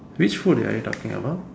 which food are you talking about